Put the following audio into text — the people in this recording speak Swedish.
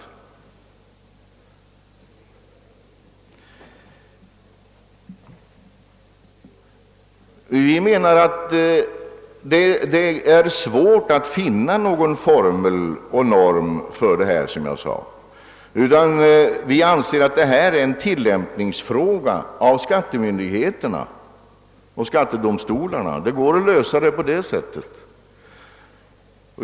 Som jag sade menar. vi att det är svårt att finna någon norm härvidlag. Vi anser att det är en tillämpningsfråga för skattemyndigheterna och skattedomstolarna. Problemet går att lösa på det sättet.